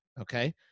okay